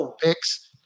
picks